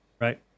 right